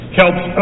helps